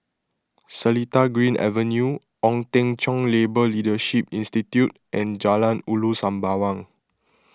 Seletar Green Avenue Ong Teng Cheong Labour Leadership Institute and Jalan Ulu Sembawang